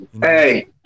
Hey